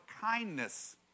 kindness